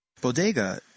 Bodega